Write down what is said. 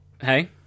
Hey